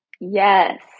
Yes